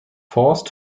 forced